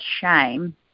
shame